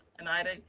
and ida,